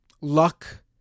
luck